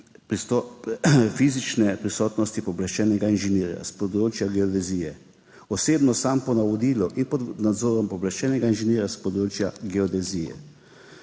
fizične prisotnosti pooblaščenega inženirja s področja geodezije, osebno samo po navodilu in pod nadzorom pooblaščenega inženirja s področja geodezije.